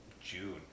June